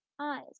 eyes